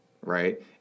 Right